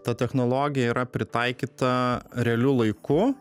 ta technologija yra pritaikyta realiu laiku